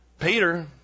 Peter